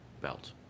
belt